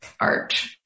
art